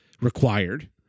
required